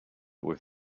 with